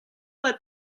let